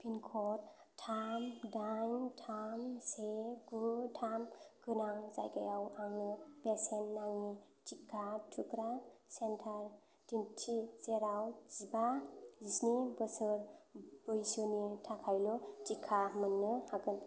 पिनक'ड थाम दाइन थाम से गु थाम गोनां जायगायाव आंनो बेसेन नाङि टिका थुग्रा सेन्टार दिन्थि जेराव जिबा जिस्नि बोसोर बैसोनि थाखायल' टिका मोननो हागोन